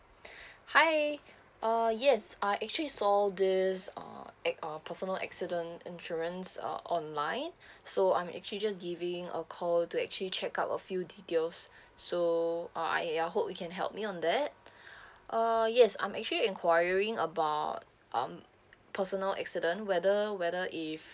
hi uh yes I actually saw this uh ac~ or personal accident insurance uh online so I actually just giving a call to actually check out a few details so ah I I hope you can help me on that uh yes I'm actually enquiring about um personal accident whether whether if